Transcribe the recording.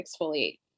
exfoliate